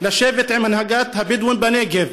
לשבת עם הנהגת הבדואים בנגב,